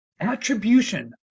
attribution